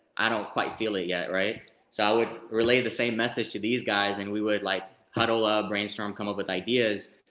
i don't quite feel it yet. so i would relay the same message to these guys, and we would like huddle up, brainstorm, come up with ideas.